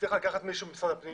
צריך לקחת מישהו ממשרד הפנים